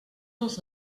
els